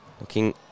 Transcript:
Looking